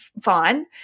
fine